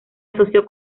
asoció